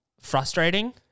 frustrating